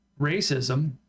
racism